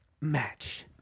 match